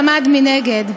לסיכום, אני רוצה להגיד,